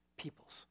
peoples